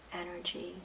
energy